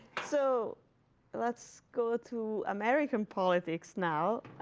so let's go to american politics now.